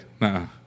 no